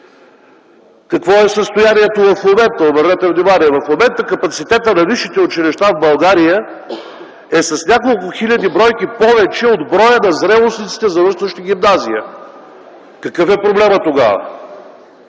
Какво е състоянието в момента? Обърнете внимание, в момента капацитетът на висшите училища в България е с няколко хиляди бройки повече от броя на зрелостниците, завършващи гимназия. Какъв е проблемът тогава?!